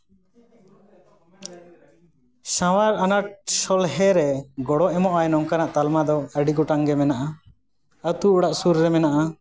ᱥᱟᱶᱟᱨ ᱟᱱᱟᱴ ᱥᱚᱞᱦᱮ ᱨᱮ ᱜᱚᱲᱚ ᱮᱢᱚᱜ ᱟᱭ ᱱᱚᱝᱠᱟᱱᱟᱜ ᱛᱟᱞᱢᱟ ᱫᱚ ᱟᱹᱰᱤ ᱜᱚᱴᱟᱝ ᱜᱮ ᱢᱮᱱᱟᱜᱼᱟ ᱟᱛᱳ ᱚᱲᱟᱜ ᱥᱩᱨ ᱨᱮ ᱢᱮᱱᱟᱜᱼᱟ